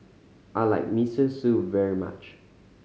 I like Miso Soup very much